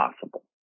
possible